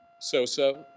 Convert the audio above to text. So-so